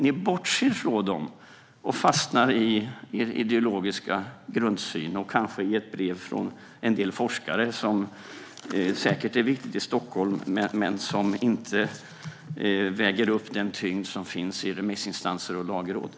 Ni bortser från dem och fastnar i er ideologiska grundsyn och kanske i ett brev från en del forskare som säkert är viktiga i Stockholm, men som inte väger upp den tyngd som finns hos remissinstanserna och Lagrådet.